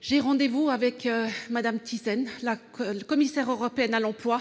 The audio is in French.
J'ai rendez-vous avec Mme Thyssen, commissaire européenne à l'emploi,